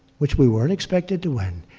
which we weren't expected to win,